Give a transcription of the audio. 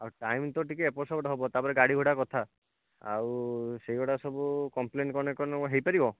ଆଉ ଟାଇମ୍ ତ ଟିକିଏ ଏପଟ ସେପଟ ହେବ ତା'ପରେ ଗାଡ଼ିଘୋଡ଼ା କଥା ଆଉ ସେଗୁଡ଼ା ସବୁ କମ୍ପ୍ଲେନ୍ କଲେ କ'ଣ ହେଇପାରିବ